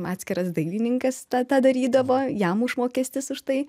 atskiras dailininkas tą tą darydavo jam užmokestis už tai